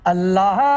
Allah